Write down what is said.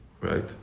Right